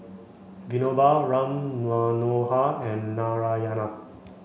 Vinoba Ram Manohar and Narayana